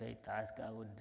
great task i would